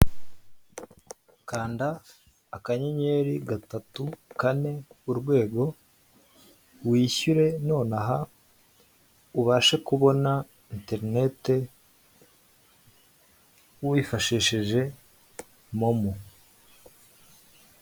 Kanda akanyenyeri gatatu kane urwego wishyure nonaha ubashe kubona internet wifashishije momo.